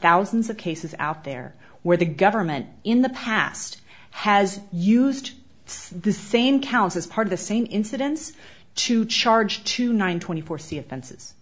thousands of cases out there where the government in the past has used the same counts as part of the same incidence to charge to nine twenty four c offenses